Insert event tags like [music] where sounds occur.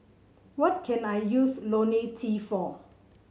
what can I use [unintelligible] T for